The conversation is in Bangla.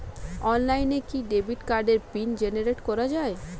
অনলাইনে কি ডেবিট কার্ডের পিন জেনারেট করা যায়?